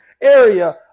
area